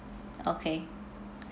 okay